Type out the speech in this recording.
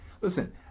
Listen